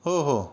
हो हो